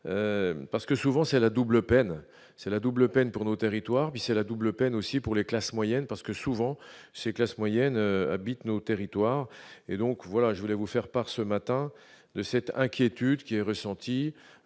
parce que souvent c'est la double peine, c'est la double peine pour nos territoires, puis c'est la double peine aussi pour les classes moyennes, parce que souvent, ces classes moyennes habitent nos territoires et donc voilà, je voulais vous faire part ce matin de cette inquiétude qui est ressentie